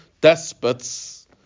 despots